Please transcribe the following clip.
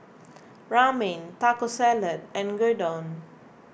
Ramen Taco Salad and Gyudon